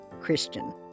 Christian